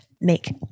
make